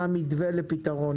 מה המתווה לפתרון,